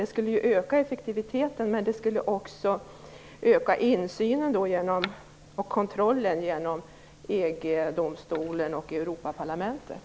Det skulle öka effektiviteten, men det skulle också öka insynen och kontrollen genom EG-domstolen och Europaparlamentet.